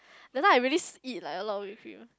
that time I really s~ eat like a lot of whipped cream